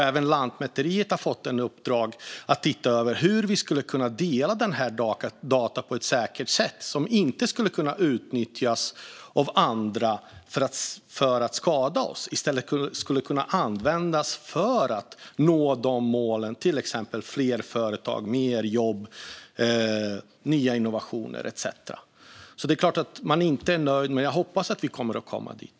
Även Lantmäteriet har fått i uppdrag att se över hur vi skulle kunna dela dessa data på ett säkert sätt, så att de inte kan utnyttjas av andra för att skada oss utan i stället användas för att nå målen fler företag, mer jobb, nya innovationer etcetera. Det är klart att jag inte är nöjd, men jag hoppas att vi når dit.